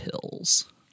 pills